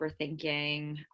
overthinking